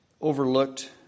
overlooked